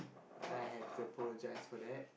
I have to apologise for that